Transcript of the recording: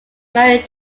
married